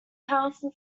powerful